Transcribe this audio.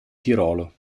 tirolo